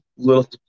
Little